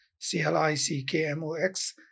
C-L-I-C-K-M-O-X